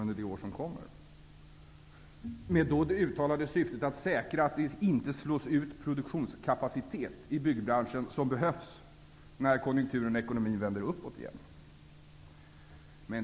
Men stimulanserna skall i så fall ges med det uttalade syftet att säkra att den produktionskapacitet i byggbranschen som behövs när konjunkturen och ekonomin vänder uppåt igen inte slås ut.